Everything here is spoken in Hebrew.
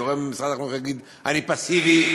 גורם ממשרד החינוך יגיד: אני פסיבי?